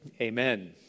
amen